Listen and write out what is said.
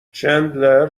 چندلر